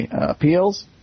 appeals